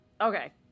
Okay